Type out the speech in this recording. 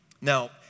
Now